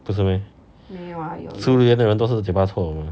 不是 meh 吃榴莲的人都是嘴巴臭 mah